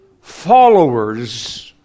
followers